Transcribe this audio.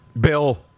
Bill